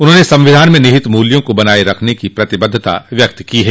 उन्होंने संविधान में निहित मूल्यों को बनाए रखने की प्रतिबद्वता व्यक्त की है